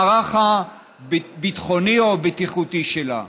את המערך הביטחוני או הבטיחותי שלהן.